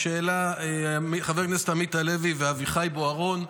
חבר הכנסת עמית הלוי ואביחי בוארון,